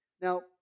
now